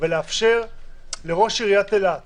ולאפשר לראש עיריית אילת